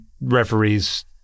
referees